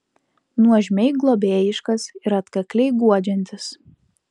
nuožmiai globėjiškas ir atkakliai guodžiantis